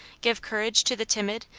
give courage to the timid,